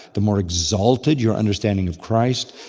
the more exalted your understanding of christ,